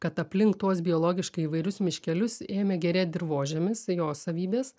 kad aplink tuos biologiškai įvairius miškelius ėmė gerėt dirvožemis jo savybės